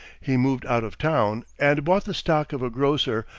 he moved out of town, and bought the stock of a grocer,